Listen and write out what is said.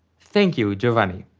thank you giovanni.